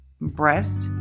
breast